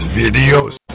videos